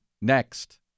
next